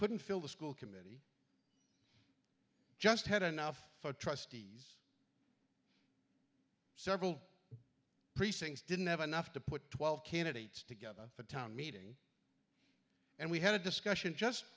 couldn't fill the school committee just had enough trustees several precincts didn't have enough to put twelve candidates together for a town meeting and we had a discussion just